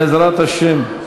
בעזרת השם.